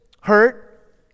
hurt